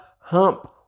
hump